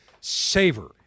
savor